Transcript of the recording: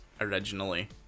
originally